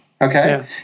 Okay